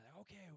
okay